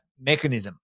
mechanism